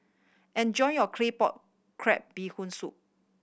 enjoy your Claypot Crab Bee Hoon Soup